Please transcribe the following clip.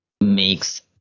makes